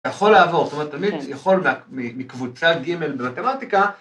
יכול לעבור, זאת אומרת תמיד יכול מקבוצת גימל במתמטיקה.